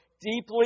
deeply